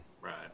Right